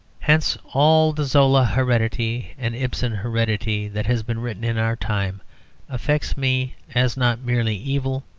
hence all the zola heredity and ibsen heredity that has been written in our time affects me as not merely evil,